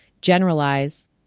generalize